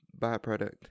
byproduct